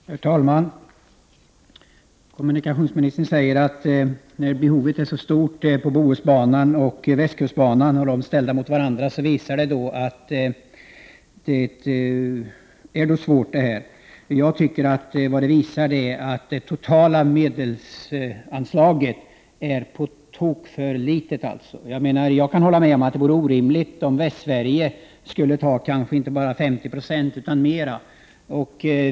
Herr talman! Kommunikationsministern sade att behovet av Bohusbanan och västkustbanan är stort. När dessa projekt ställs emot varandra framgår att det är svårt att lösa problemet. Jag tycker att vad det visar är att det totala anslaget är på tok för litet. Jag kan hålla med om att det vore orimligt om Västsverige skulle ta i anspråk inte bara 50 26 utan mer av anslagen.